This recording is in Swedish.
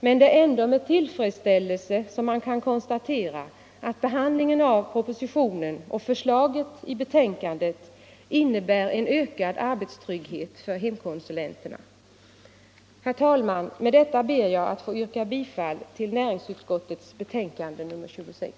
Men det är ändå med tillfredsställelse man kan konstatera att behandlingen av propositionen och förslaget i betänkandet innebär ökad arbetstrygghet för hemkonsulenterna. Herr talman! Med detta ber jag att få yrka bifall till vad utskottet hemställt.